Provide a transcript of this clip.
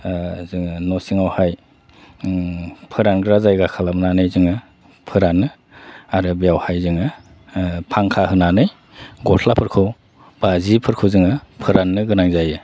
जोङो न' सिङावहाय फोरानग्रा जायगा खालामनानै जोङो फोरानो आरो बेवहाय जोङो फांखा होनानै गस्लाफोरखौ बा जिफोरखौ जोङो फोराननो गोनां जायो